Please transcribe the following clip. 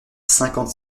cinquante